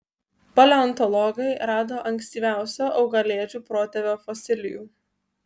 paleontologai rado ankstyviausio augalėdžių protėvio fosilijų